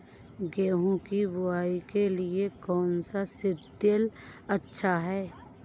गेहूँ की बुवाई के लिए कौन सा सीद्रिल अच्छा होता है?